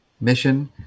mission